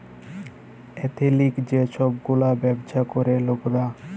এথলিক যে ছব গুলা ব্যাবছা ক্যরে লকরা